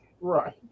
right